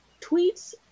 Tweets